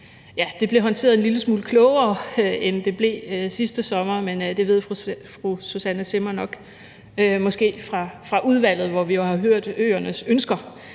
det blev håndteret en lille smule klogere, end det blev sidste sommer, men det ved fru Susanne Zimmer nok fra udvalget, hvor vi jo har hørt øernes ønsker